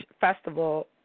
festival